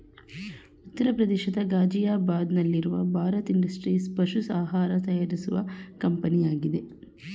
ಉತ್ತರ ಪ್ರದೇಶದ ಗಾಜಿಯಾಬಾದ್ ನಲ್ಲಿರುವ ಭಾರತ್ ಇಂಡಸ್ಟ್ರೀಸ್ ಪಶು ಆಹಾರ ತಯಾರಿಸುವ ಕಂಪನಿಯಾಗಿದೆ